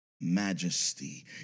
majesty